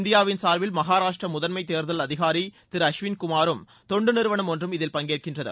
இந்தியாவின் சார்பில் மகாராஷ்டிரா முதன்மை தேர்தல் அதிகாரி திரு அஸ்வின் குமாரும் தொண்டு நிறுவனம் ஒன்றும் இதில் பங்கேற்கின்றனர்